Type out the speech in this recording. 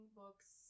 books